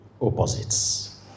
Opposites